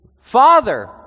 father